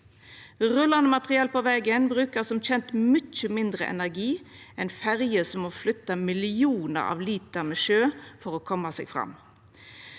Rullande materiell på vegen brukar som kjent mykje mindre energi enn ferjer som må flytta millionar av liter med sjø for å koma seg fram.